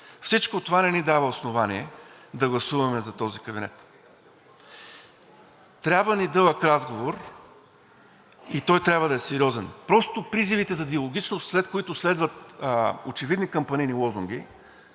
Всичко това не ни дава основание да гласуваме за този кабинет. Трябва ни дълъг разговор, и той трябва да е сериозен. Просто призивите за диалогичност, след които следват очевидни кампанийни лозунги,